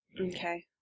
Okay